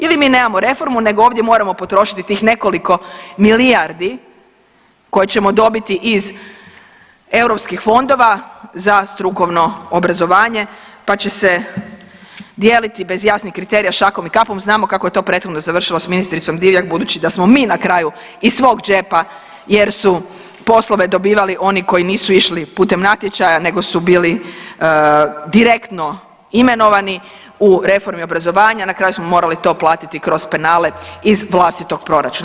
Ili mi nemamo reformu nego ovdje moramo potrošiti tih nekoliko milijardi koje ćemo dobiti iz EU fondova za strukovno obrazovanje pa će se dijeliti bez jasnih kriterija šakom i kapom, znamo kako je to prethodno završilo s ministricom Divjak budući da smo mi na kraju iz svog džepa jer su poslove dobivali oni koji nisu išli putem natječaja nego su bili direktno imenovani u reformi obrazovanja, na kraju smo morali to platiti kroz penale iz vlastitog proračuna.